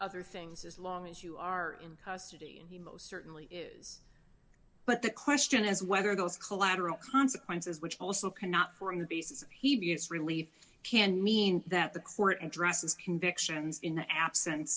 other things as long as you are in custody and he most certainly is but the question is whether those collateral consequences which also cannot form the basis he vs relief can mean that the court addresses convictions in the absence